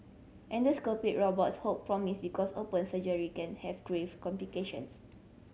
endoscopic robots hold promise because open surgery can have grave complications